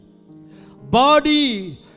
Body